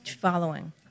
following